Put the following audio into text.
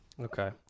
okay